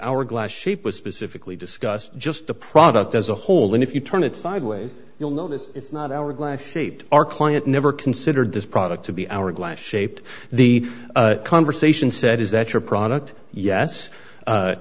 hourglass shape was specifically discussed just the product as a whole and if you turn it sideways you'll notice it's not our glass shape our client never considered this product to be hourglass shaped the conversation said is that your product yes